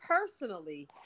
personally